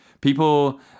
people